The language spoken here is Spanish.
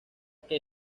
que